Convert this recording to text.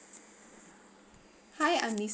hi I'm